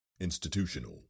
Institutional